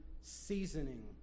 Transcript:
seasoning